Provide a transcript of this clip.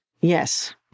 Yes